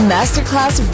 Masterclass